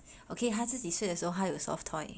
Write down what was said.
okay 他自己睡的时候他有 soft toy